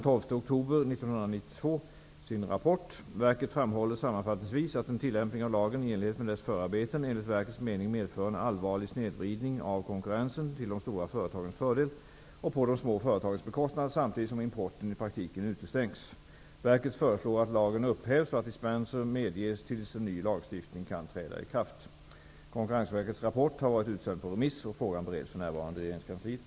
1992 sin rapport. Verket framhåller sammanfattningsvis att en tillämpning av lagen i enlighet med dess förarbeten enligt verkets mening medför en allvarlig snedvridning av konkurrensen till de stora företagens fördel och på de små företagens bekostnad samtidigt som importen i praktiken utestängs. Verket föreslår att lagen upphävs och att dispenser medges tills en ny lagstiftning kan träda i kraft. Konkurrensverkets rapport har varit utsänd på remiss, och frågan bereds för närvarande i regeringskansliet.